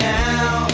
now